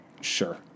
Sure